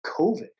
COVID